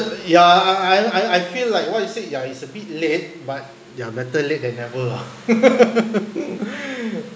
ya I I I I feel like what you say ya it's a bit late but ya better late than never lah